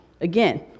Again